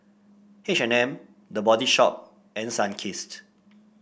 H and M The Body Shop and Sunkist